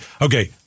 Okay